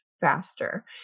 faster